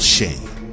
Shame